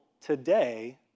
today